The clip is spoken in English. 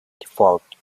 default